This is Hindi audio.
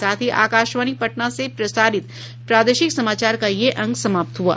इसके साथ ही आकाशवाणी पटना से प्रसारित प्रादेशिक समाचार का ये अंक समाप्त हुआ